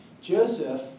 Joseph